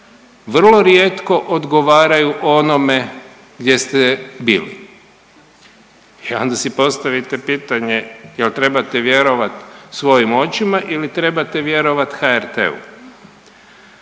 vrlo rijetko odgovaraju onome gdje ste bili. I onda si postavite pitanje. Jel' trebate vjerovati svojim očima ili trebate vjerovati HRT-u?